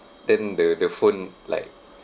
then the the phone like